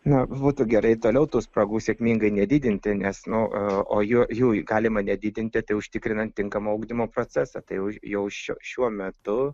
na būtų gerai toliau tų spragų sėkmingai nedidinti nes nu o jų jų galima nedidinti tai užtikrinant tinkamą ugdymo procesą tai jau jau šiuo šiuo metu